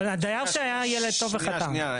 אבל הדייר שהיה ילד טוב וחתם --- שנייה.